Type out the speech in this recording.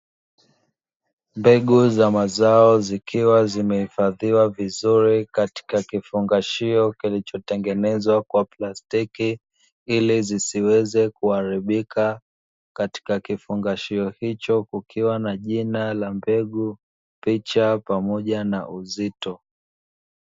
Mbegu za mazao zikiwa zimehifadhiwa vizuri katika kifungashio kilichotengenezwa kwa plastiki ili zisiweze kuharibika, katika kifungashio hicho kukiwa na jina la mbegu, picha pamoja na uzito.